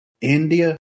India